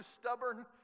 stubborn